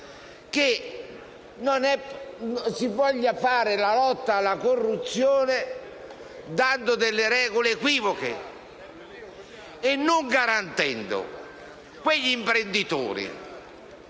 che si voglia fare la lotta alla corruzione approvando regole equivoche e non garantendo quegli imprenditori